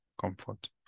comfort